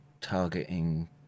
targeting